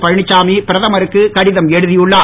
பழனிச்சாமி பிரதமருக்கு கடிதம் எழுதியுள்ளார்